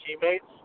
teammates